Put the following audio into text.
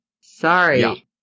Sorry